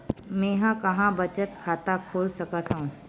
मेंहा कहां बचत खाता खोल सकथव?